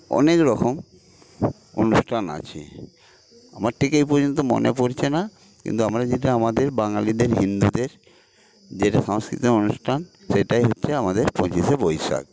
অনেকরকম অনুষ্ঠান আছে আমার ঠিক এই পর্যন্ত মনে পড়ছে না কিন্তু আমরা যেটা আমাদের বাঙালিদের হিন্দুদের যেটা সাংস্কৃতিক অনুষ্ঠান সেটাই হচ্ছে আমাদের পঁচিশে বৈশাখ